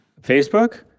Facebook